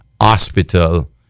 hospital